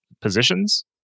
positions